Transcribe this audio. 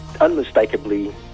unmistakably